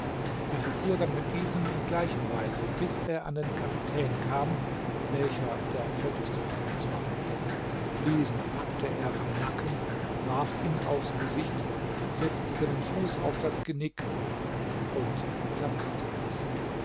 er verfuhr dann mit diesen in gleicher weise bis er an den kapitän kam welcher der fetteste von uns war diesen packte er am nacken warf ihn aufs gesicht setzte seinen fuß auf das genick und zerbrach es